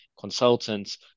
consultants